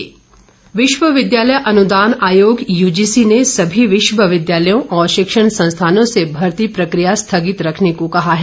भर्ती प्रक्रिया विश्वविद्यालय अनुदान आयोग यूजीसी ने सभी विश्वविद्यालयों और शिक्षण संस्थानों से भर्ती प्रक्रिया स्थगित रखने को कहा है